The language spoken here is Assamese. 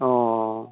অঁ